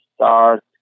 start